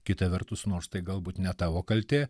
kita vertus nors tai galbūt ne tavo kaltė